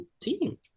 Team